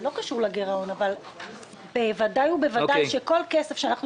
זה לא קשור לגירעון אבל ודאי שכל כסף שאנחנו